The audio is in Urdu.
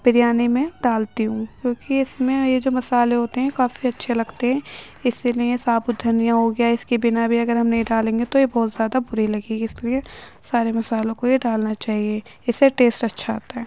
بریانی میں ڈالتی ہوں کیونکہ اس میں یہ جو مصالحے ہوتے ہیں کافی اچّھے لگتے ہیں اسی لیے یہ ثابت دھنیا ہو گیا اس کے بنا بھی اگر ہم نہیں ڈالیں گے تو یہ بہت زیادہ بری لگے گی اس لیے سارے مصالحوں کو یہ ڈالنا چاہیے اس سے ٹیسٹ اچھا آتا ہے